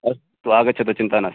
अस्तु आगच्छतु चिन्ता नास्ति